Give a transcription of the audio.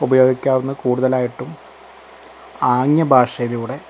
ഉപയോഗിക്കാവുന്ന കൂടുതലായിട്ടും ആംഗ്യ ഭാഷയിലൂടെ